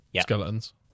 skeletons